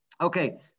Okay